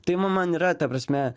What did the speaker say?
tai nu man yra ta prasme